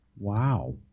Wow